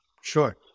sure